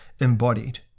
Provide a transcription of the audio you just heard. embodied